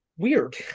weird